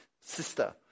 Sister